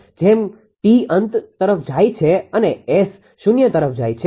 જેમ t અનંત તરફ જાય છે અને S શૂન્ય તરફ જાય છે